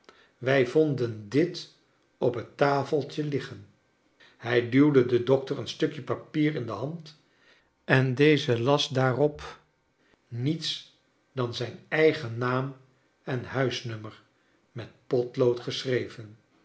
wij vonden dit op het tafeltje liggen hij duwcle den dokter een stukie papier in de hand en deze las daarop niets dan zijn eigen naam en huisnummer met potlood geschreven